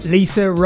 Lisa